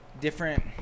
different